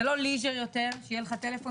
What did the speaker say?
זה לא ליז'ר יותר שיהיה לך טלפון